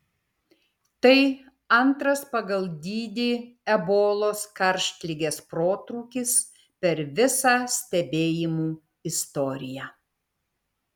tai antras pagal dydį ebolos karštligės protrūkis per visą stebėjimų istoriją